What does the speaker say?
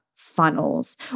Funnels